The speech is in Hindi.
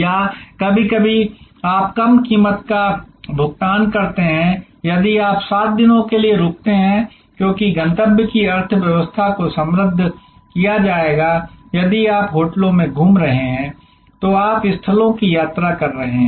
या कभी कभी आप कम कीमत का भुगतान करते हैं यदि आप 7 दिनों के लिए रुकते हैं क्योंकि गंतव्य की अर्थव्यवस्था को समृद्ध किया जाएगा यदि आप होटलों में घूम रहे हैं तो आप स्थलों की यात्रा कर रहे हैं